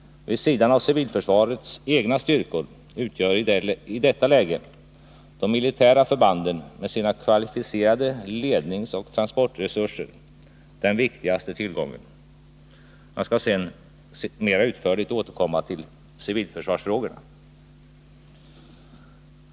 Vid sidan av civilförsvarets egna styrkor utgör i detta läge de militära förbanden med sina kvalificerade ledningsoch transportresurser den viktigaste tillgången. Jag skall senare mer utförligt återkomma till civilförsvarsfrågorna.